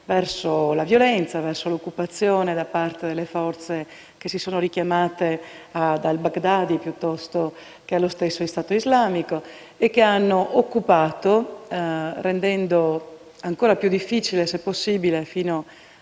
verso la violenza e l'occupazione da parte delle forze che si sono richiamate ad al-Baghdadi e allo stesso Stato islamico e che hanno reso ancora più difficile, se possibile fino